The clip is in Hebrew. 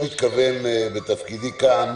לומר שבתפקידי כאן